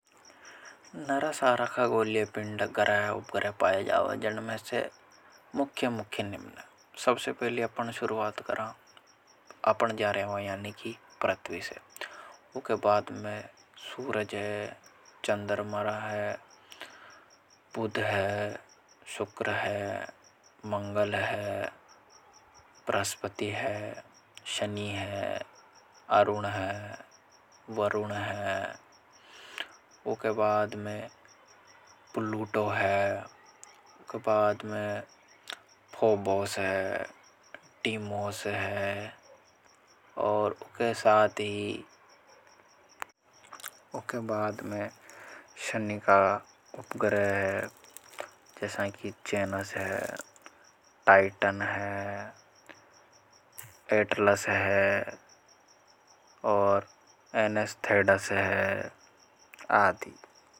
नरा सारा का गोल्य पिंड़ गरह उपग्रह पाए जाओ जन में से मुख्य मुख्य निम्न सबसे पहले अपने शुरुआत करा। अपन जा रेवा यानि कि पृथ्वी से वह के बाद में सूरज है चंदर मरा है बुद्ध है शुक्र है मंगल है। बृहस्पतिहै शनी है आरुण है वरुण है वह के बाद में प्लूटो है उसके बाद में फोबो से टीमों से है और के साथ ही। कि वह के बाद में शनी का उपग्रह है जैसा कि चेनस है। टाइटन है एटलसा से है और एनस्थेडसे है आदि।